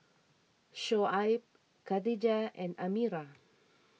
Shoaib Katijah and Amirah